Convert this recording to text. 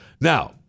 Now